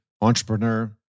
entrepreneur